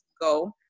go